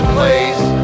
place